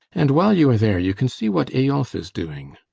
and while you are there you can see what eyolf is doing.